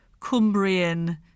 Cumbrian